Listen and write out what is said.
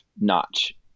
notch